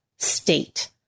state